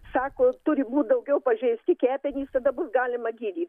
sako turi būt daugiau pažeisti kepenys tada bus galima gydyt